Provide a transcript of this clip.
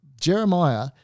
Jeremiah